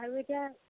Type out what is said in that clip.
আৰু এতিয়া